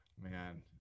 man